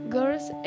Girls